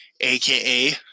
aka